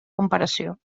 comparació